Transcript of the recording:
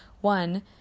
one